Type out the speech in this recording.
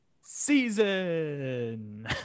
season